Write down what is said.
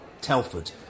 Telford